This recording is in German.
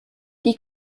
die